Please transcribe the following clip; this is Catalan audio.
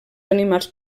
animals